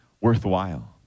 worthwhile